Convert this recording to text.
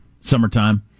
Summertime